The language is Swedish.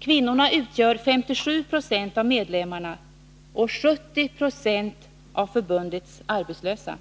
Kvinnorna utgör 57 Jo av medlemmarna och 70 2 av förbundets arbetslösa.